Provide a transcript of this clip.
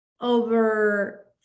over